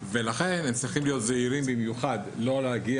ולכן הם צריכים להיות זהירים במיוחד כדי לא להגיע